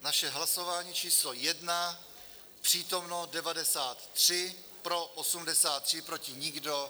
Naše hlasování číslo 1, přítomno 93, pro 83, proti nikdo.